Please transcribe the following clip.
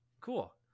Cool